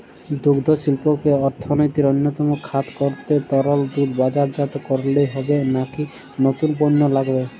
দুগ্ধশিল্পকে অর্থনীতির অন্যতম খাত করতে তরল দুধ বাজারজাত করলেই হবে নাকি নতুন পণ্য লাগবে?